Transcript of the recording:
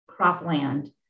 cropland